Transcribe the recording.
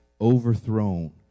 overthrown